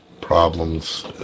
problems